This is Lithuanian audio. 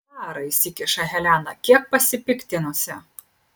klara įsikiša helena kiek pasipiktinusi